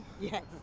Yes